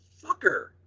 Fucker